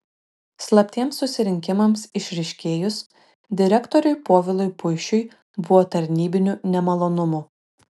slaptiems susirinkimams išryškėjus direktoriui povilui puišiui buvo tarnybinių nemalonumų